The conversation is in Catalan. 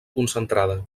concentrada